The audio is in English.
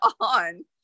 on